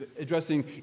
addressing